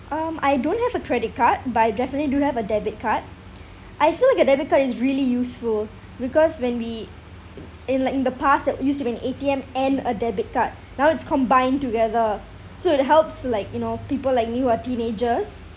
um I don't have a credit card but I definitely do have a debit card I feel like a debit card is really useful because when we in like in the past there used be an A_T_M and a debit card now it's combined together so it helps like you know people like me who are teenagers